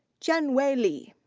qianhui li.